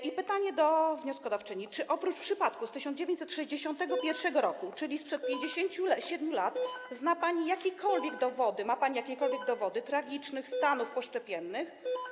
I pytanie do wnioskodawczyni: Czy oprócz przypadku z 1961 r., czyli sprzed 57 lat, zna pani jakiekolwiek dowody, ma pani jakiekolwiek dowody tragicznych stanów poszczepiennych?